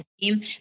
team